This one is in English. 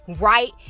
right